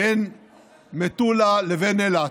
בין מטולה לבין אילת.